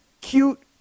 cute